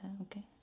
Okay